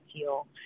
feel